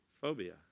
phobia